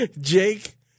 Jake